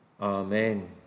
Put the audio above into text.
amen